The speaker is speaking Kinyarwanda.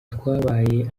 twabaye